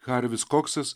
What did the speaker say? harvis koksas